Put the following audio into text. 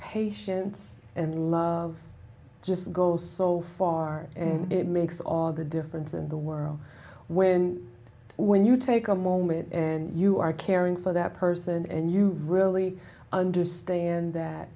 patience and love just goes so far and it makes all the difference in the world when when you take a moment and you are caring for that person and you really understand that